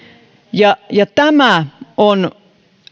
ja ja tämä on ollut